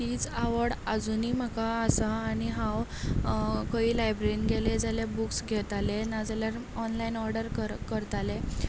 तीच आवड आजुनी म्हाका आसा आनी हांव खंयीय लायब्रीन गेलें जाल्यार बुक्स घेतालें जाल्यार ऑनलायन ऑर्डर करतालें